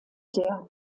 der